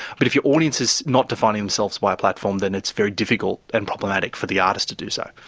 but if your audience is not defining themselves by a platform then it's very difficult and problematic for the artist to do so.